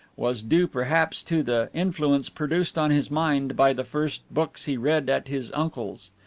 was due perhaps to the influence produced on his mind by the first books he read at his uncle's.